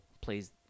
plays